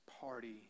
party